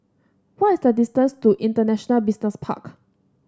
what is the distance to International Business Park